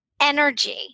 energy